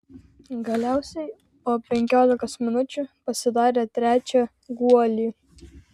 galiausiai po penkiolikos minučių pasidarė trečią guolį